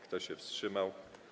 Kto się wstrzymał?